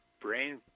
brain